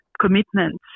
commitments